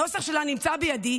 הנוסח שלה נמצא בידיי,